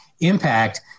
impact –